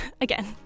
again